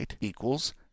equals